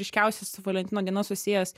ryškiausias su valentino diena susijęs